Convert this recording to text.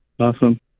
Awesome